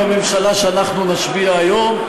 בממשלה שאנחנו נשביע היום.